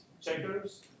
checkers